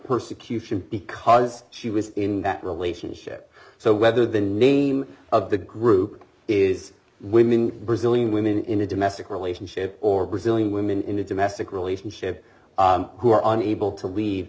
persecution because she was d in that relationship so whether the name of the group is women brazilian women in a domestic relationship or brazilian women in a domestic relationship who are unable to leave